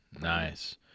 Nice